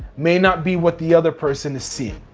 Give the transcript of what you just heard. may not be what the other person is seeing.